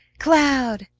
cloud!